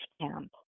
camp